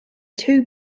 two